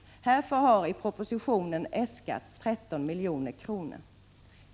Härför har i propositionen äskats 13 milj.kr.